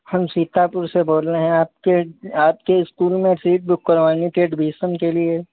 हम सीतापुर से बोल रहे हैं आपके आपके स्कूल में फिर बुक करवाने के एडबिसन के लिए